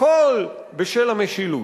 הכול בשם המשילות.